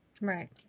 Right